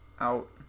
out